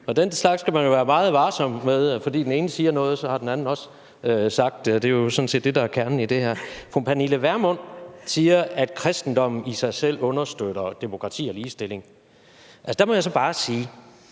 og den slags skal man jo være meget varsom med, altså det med, at fordi den ene siger det, har den anden også sagt det. Det er sådan set det, der er kernen i det her. Fru Pernille Vermund siger, at kristendommen i sig selv understøtter demokrati og ligestilling. Der må jeg så bare sige,